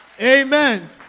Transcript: Amen